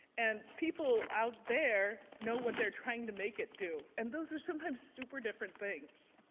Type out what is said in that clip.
and people out there know what they're trying to make it do and those are sometimes super different things.